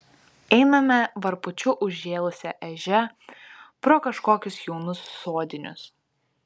einame varpučiu užžėlusia ežia pro kažkokius jaunus sodinius